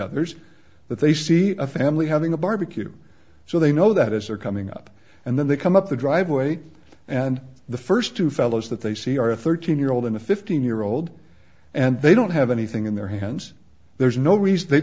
others that they see a family having a barbecue so they know that as they're coming up and then they come up the driveway and the first two fellows that they see are a thirteen year old in a fifteen year old and they don't have anything in their hands there's no reason th